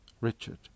Richard